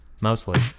mostly